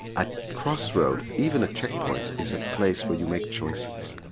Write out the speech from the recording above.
a crossroad, even a checkpoint, is a place where you make choices,